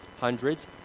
hundreds